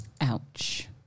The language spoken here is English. Ouch